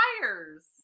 tires